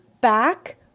back